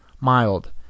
mild